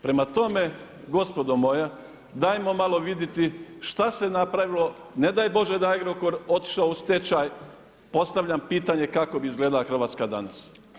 Prema tome, gospodo moja, dajmo malo vidjeti šta se napravilo, ne daj Bože da je Agrokor otišao u stečaj, postavljam pitanje kako bi izgledala Hrvatska danas.